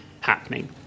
happening